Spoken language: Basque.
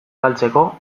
galtzeko